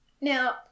Now